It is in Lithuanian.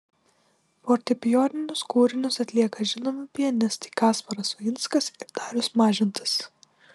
fortepijoninius kūrinius atlieka žinomi pianistai kasparas uinskas ir darius mažintas